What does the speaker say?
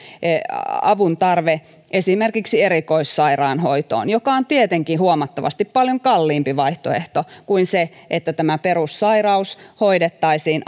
avun tarve esimerkiksi erikoissairaanhoitoon joka on tietenkin huomattavasti paljon kalliimpi vaihtoehto kuin se että tämä perussairaus hoidettaisiin